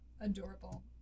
adorable